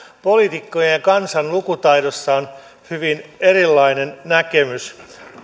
poliitikkojen ja kansan lukutaidossa on hyvin erilainen näkemys